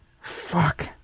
Fuck